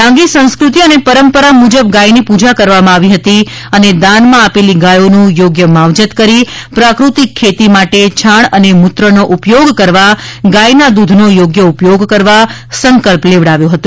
ડાંગી સંસ્કૃતિઅને પરંપરા મુજબ ગાયની પૂજા કરવામાં આવી હતી અને દાનમાં આપેલી ગાયોનું યોગ્ય માવજત કરી પ્રાકૃતિક ખેતી માટે છાણ અને મૂત્રનો ઉપયોગ કરવા ગાયના દૂધનો યોગ્ય ઉપયોગ કરવા સંકલ્પ લેવડાવ્યો હતો